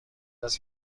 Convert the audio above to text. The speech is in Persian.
است